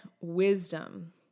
wisdom